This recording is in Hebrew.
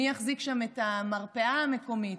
מי יחזיק שם את המרפאה המקומית,